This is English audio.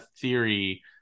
theory